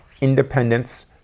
independence